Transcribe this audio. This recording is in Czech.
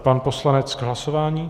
Pan poslanec k hlasování?